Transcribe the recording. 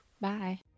Bye